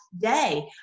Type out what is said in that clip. day